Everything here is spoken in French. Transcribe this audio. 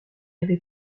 avait